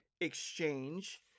exchange